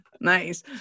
Nice